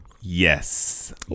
Yes